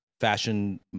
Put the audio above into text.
fashion